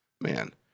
man